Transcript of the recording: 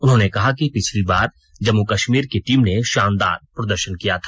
उन्होंने कहा कि पिछली बार जम्मू कश्मीर की टीम ने शानदार प्रदर्शन किया था